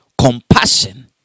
compassion